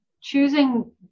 choosing